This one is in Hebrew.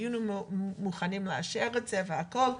היינו מוכנים לאשר את זה והכל,